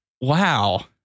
Wow